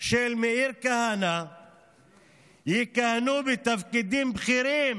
של מאיר כהנא יכהנו בתפקידים בכירים